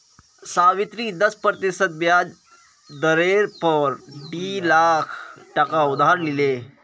सावित्री दस प्रतिशत ब्याज दरेर पोर डी लाख टका उधार लिले